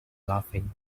laughing